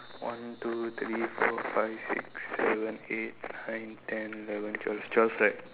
one two three four five six seven eight nine ten eleven twelve is twelve right